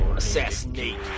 assassinate